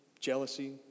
jealousy